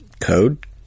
code